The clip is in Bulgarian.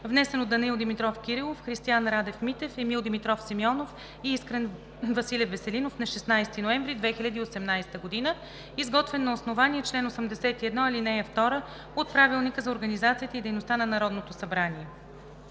внесен от Данаил Димитров Кирилов, Христиан Радев Митев, Емил Димитров Симеонов и Искрен Василев Веселинов нa 16 ноември 2018 г., изготвен на основание чл. 81, ал. 2 от Правилника за организацията и дейността на Народното събрание“.